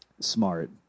Smart